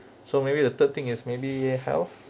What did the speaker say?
so maybe the third thing is maybe health